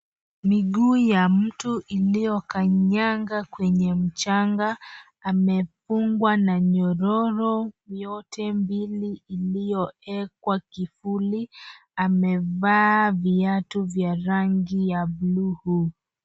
Miguu ya mtu iliyokanyaga kwenye mchanga amefungwa na nyororo yote mbili iliyoekwa kifuli, amevaa viatu vya rangi ya buluu.